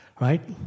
Right